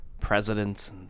presidents